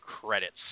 credits